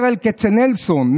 ברל כצנלסון,